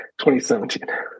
2017